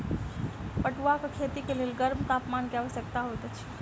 पटुआक खेती के लेल गर्म तापमान के आवश्यकता होइत अछि